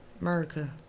America